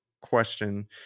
question